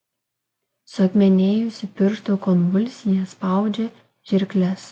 suakmenėjusi pirštų konvulsija spaudžia žirkles